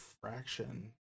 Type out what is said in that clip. fraction